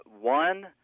One